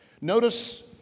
Notice